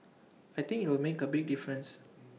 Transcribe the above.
I think IT will make A big difference